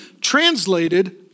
translated